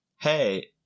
Hey